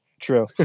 true